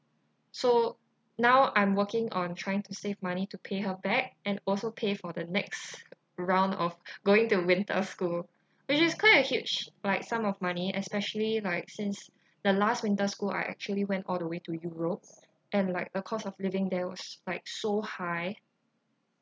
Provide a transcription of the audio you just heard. so now I'm working on trying to save money to pay her back and also pay for the next round of going to winter school which is quite a huge like sum of money especially like since the last winter school I actually went all the way to europe and like the cost of living there was like so high